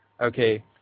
okay